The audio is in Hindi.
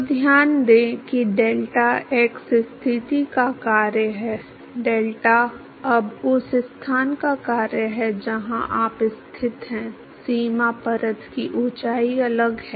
तो ध्यान दें कि डेल्टा x स्थिति का कार्य है डेल्टा अब उस स्थान का कार्य है जहां आप स्थित हैं सीमा परत की ऊंचाई अलग है